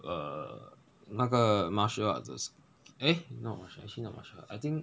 uh 那个 martial arts 的 eh not marti~ actually not martial arts I think